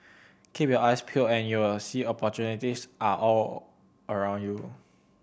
keep your eyes peeled and you will see opportunities are all around you